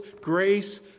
grace